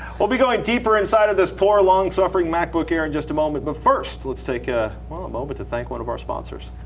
we'll be going deeper inside of this poor long suffering macbook air in just a moment. but first, let's take ah a moment to thank one of our sponsors.